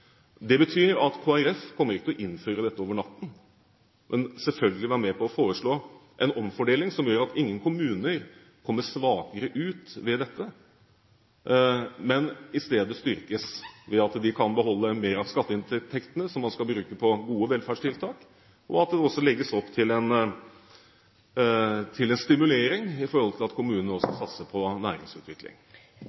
Det betyr at Kristelig Folkeparti ikke kommer til å innføre dette over natten, men vi vil selvfølgelig være med på å foreslå en omfordeling som gjør at ingen kommuner kommer svakere ut ved dette, men i stedet styrkes ved at de kan beholde mer av skatteinntektene som de kan bruke på gode velferdstiltak, og at det også legges opp til en stimulering når det gjelder næringsutvikling, ved at